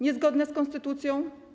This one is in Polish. Niezgodne z konstytucją?